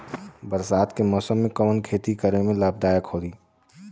बरसात के मौसम में कवन खेती करे में लाभदायक होयी?